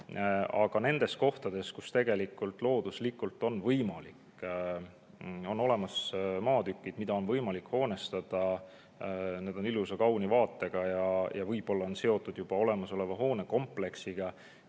Aga nendes kohtades, kus tegelikult looduslikult on võimalik, on olemas maatükid, mida on võimalik hoonestada, need on ilusa kauni vaatega ja võib-olla seotud juba olemasoleva hoonekompleksiga